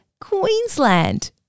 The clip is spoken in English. Queensland